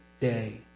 day